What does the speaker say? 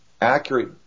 accurate